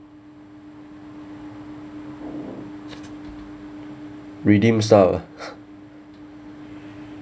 redeem stuff ah